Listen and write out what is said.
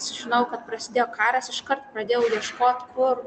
sužinojau kad prasidėjo karas iškart pradėjau ieškot kur